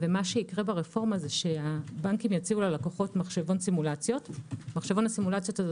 ברפורמה הבנקים יציעו ללקוחות מחשבון סימולציות שיאפשר